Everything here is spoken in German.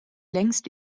längst